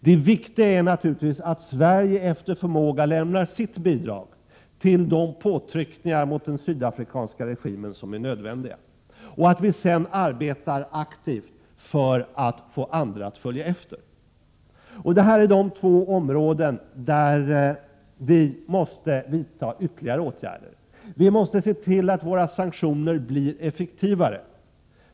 Det viktiga är naturligtvis att Sverige efter förmåga bidrar till de påtryckningar mot den sydafrikanska regimen som är nödvändiga och att vi sedan arbetar aktivt för att få andra att följa efter. På två områden måste vi vidta ytterligare åtgärder: Vi måste för det första se till att våra sanktioner blir effektivare.